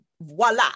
voila